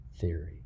theory